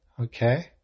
Okay